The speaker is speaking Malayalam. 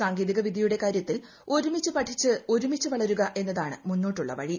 സാങ്കേതിക വിദ്യയുടെ കാര്യത്തിൽ ഒരുമിച്ചുപഠിച്ചു ഒരുമിച്ച് വളരുക എന്നതാണ് മുന്നോട്ടുള്ള വഴി